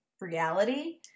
reality